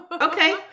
Okay